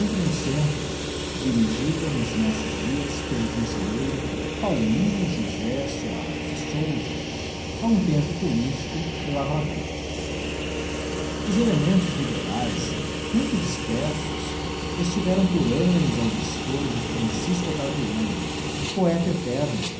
no centro dirigida nos nossos dias pelo conselheiro paulino josé soares de souza a um tempo politico e lavrador os elementos liberaes muito dispersos estiveram por annos ao dispor de francisco octaviano poeta eterno